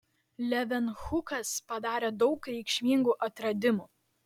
levenhukas padarė daug reikšmingų atradimų